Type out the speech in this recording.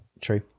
true